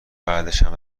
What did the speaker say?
بعدشم